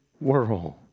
world